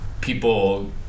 people